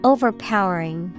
Overpowering